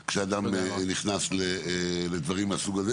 וודאות כשאדם נכנס לדברים מהסוג הזה,